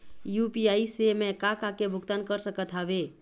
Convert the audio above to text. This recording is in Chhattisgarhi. यू.पी.आई से मैं का का के भुगतान कर सकत हावे?